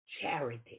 charity